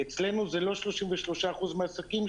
אצלנו זה לא 33% מהעסקים.